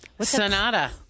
Sonata